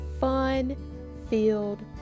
fun-filled